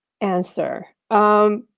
answer